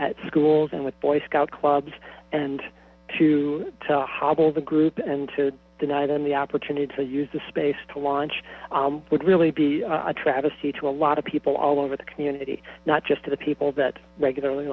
at schools and with boy scout clubs and to hobble the group and to deny them the opportunity to use the space to launch would really be a travesty to a lot of people all over the community not just to the people that regularly